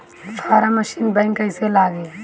Form machine बैक कईसे लागी?